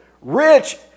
rich